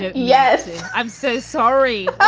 yes. i'm so sorry.